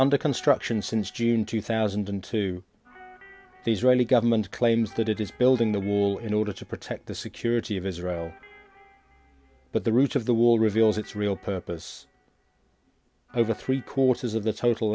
under construction since june two thousand and two the israeli government claims that it is building the wall in order to protect the security of israel but the roots of the wall reveals its real purpose over three quarters of the total